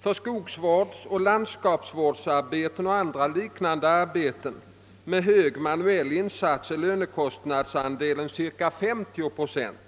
För skogsvårdsoch landskapsvårdsarbeten och andra liknande arbeten med hög manuell insats är lönekostnaden cirka 50 procent